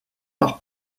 par